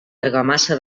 argamassa